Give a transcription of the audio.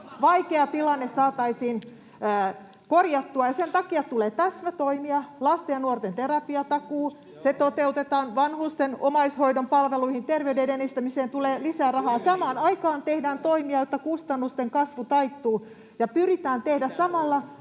kaikki on hyvin — saataisiin korjattua, ja sen takia tulee täsmätoimia. Lasten ja nuorten terapiatakuu toteutetaan. Vanhusten omaishoidon palveluihin, terveyden edistämiseen tulee lisää rahaa. Samaan aikaan tehdään toimia, jotta kustannusten kasvu taittuu, ja pyritään tekemään samalla